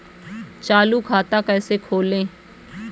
चालू खाता कैसे खोलें?